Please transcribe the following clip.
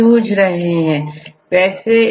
इनका मुख्य आधार किसी विशेष प्रोटीन को टारगेट करना है